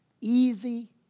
easy